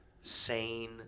sane